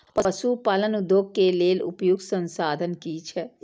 पशु पालन उद्योग के लेल उपयुक्त संसाधन की छै?